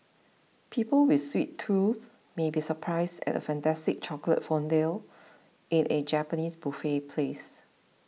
people with sweet tooth may be surprised at a fantastic chocolate fondue in a Japanese buffet place